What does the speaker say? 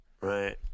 Right